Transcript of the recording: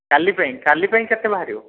କାଲି ପାଇଁ କାଲି ପାଇଁ କେତେ ବାହାରିବ